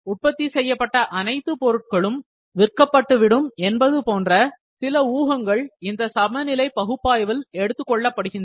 உற்பத்தி செய்யப்பட்ட அனைத்து பொருட்களும் விற்கப்பட்டு விடும் என்பது போன்று சில ஊகங்கள் இந்த சமநிலை பகுப்பாய்வில் எடுத்துக்கொள்ளப்படுகின்றன